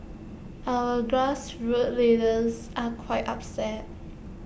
our grassroots leaders are quite upset